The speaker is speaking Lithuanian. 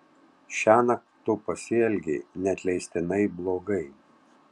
šiąnakt tu pasielgei neatleistinai blogai